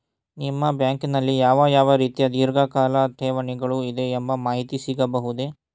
ನಿಮ್ಮ ಬ್ಯಾಂಕಿನಲ್ಲಿ ಯಾವ ಯಾವ ರೀತಿಯ ಧೀರ್ಘಕಾಲ ಠೇವಣಿಗಳು ಇದೆ ಎಂಬ ಮಾಹಿತಿ ಸಿಗಬಹುದೇ?